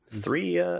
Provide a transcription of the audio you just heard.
Three